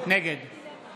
נגד